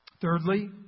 Thirdly